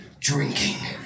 Drinking